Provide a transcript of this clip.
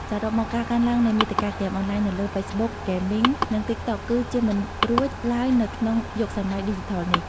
សរុបមក ការកើនឡើងនៃមាតិកាហ្គេមអនឡាញនៅលើ ហ្វេសបុក ហ្គេមីង និង ទីកតុក គឺជៀសមិនរួចឡើយនៅក្នុងយុគសម័យឌីជីថលនេះ។